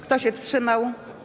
Kto się wstrzymał?